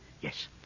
Yes